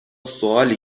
سوالی